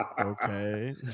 okay